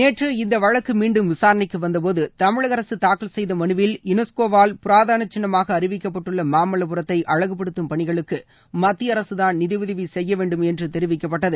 நேற்று இந்த வழக்கு மீண்டும் விசாரணைக்கு வந்தபோது தமிழக அரசு தாக்கல் செய்த மனுவில் யுனெஸ்கோவால் புராதன சின்னமாக அறிவிக்கப்பட்டுள்ள மாமல்லபுரத்தை அழகுபடுத்தும் பணிகளுக்கு மத்திய அரசுதான் நிதியுதவி செய்ய வேண்டும் என்று தெரிவிக்கப்பட்டது